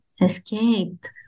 escaped